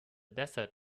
desert